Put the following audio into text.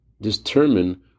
determine